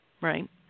right